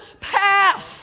pass